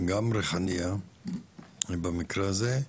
גם ריחאניה, במקרה הזה,